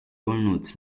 olnud